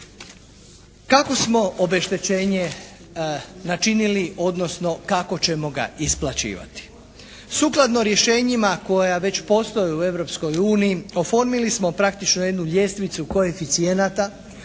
Kako smo obeštećenje načinili, odnosno kako ćemo ga isplaćivati. Sukladno rješenjima koja već postoje u Europskoj uniji oformili smo praktično jednu ljestvicu koeficijenata